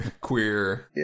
queer